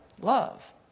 Love